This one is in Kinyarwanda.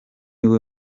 niwe